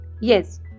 Yes